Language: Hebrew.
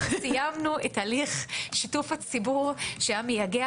השלמנו את הליך שיתוף הציבור שהיה מייגע,